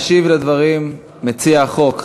ישיב על הדברים מציע החוק,